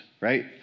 right